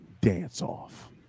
dance-off